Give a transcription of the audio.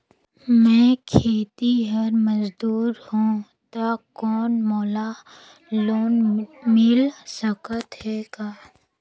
मैं खेतिहर मजदूर हों ता कौन मोला लोन मिल सकत हे का?